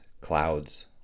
clouds